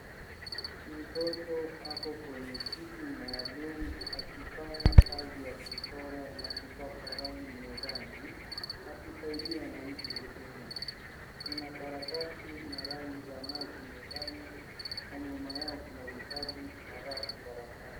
Mtoto ako kwenye kiti maalum akifanya kazi ya kuchora na kupaka rangi mezani akisaidiwa na mtu mzima, kuna karatasi na rangi za maji mezani na nyuma yao kuna vitabu na rafu darasani.